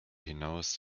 hinaus